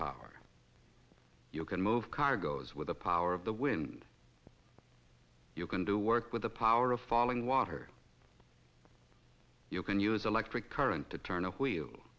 power you can move cargoes with the power of the wind you can do work with the power of falling water you can use electric current to turn a whe